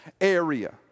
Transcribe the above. area